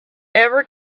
ever